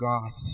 God